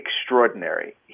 extraordinary